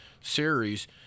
series